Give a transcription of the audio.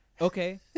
okay